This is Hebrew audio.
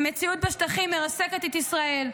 המציאות בשטחים מרסקת את ישראל.